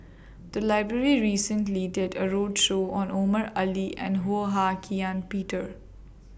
The Library recently did A roadshow on Omar Ali and Ho Hak Ean Peter